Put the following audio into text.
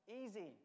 easy